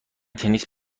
تنیس